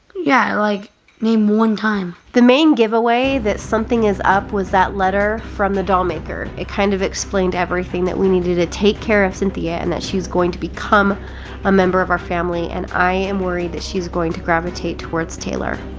yeah, like name one time. the main giveaway that something is up was that letter from the doll maker. it kind of explained everything that we needed to take care of cynthia and that she was going to become a member of our family and i am worried that she is going to gravitate towards taylor.